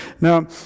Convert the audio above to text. Now